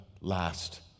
last